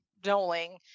doling